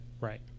Right